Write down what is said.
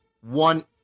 one